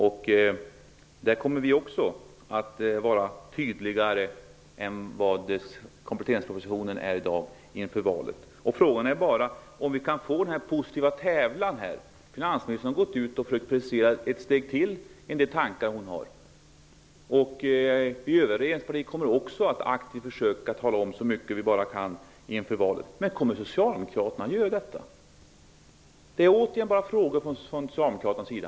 Men inför valet kommer vi att vara tydligare än vad man är i kompletteringspropositionen. Frågan är om vi kan åstadkomma en positiv tävlan. I ytterligare ett steg har finansministern här försökt att precisera en del av de tankar som hon har. Det ankommer också på de övriga i regeringen att inför valet aktivt försöka informera så mycket som möjligt. Men kommer Socialdemokraterna att göra det? Man hör bara frågor från Socialdemokraternas sida.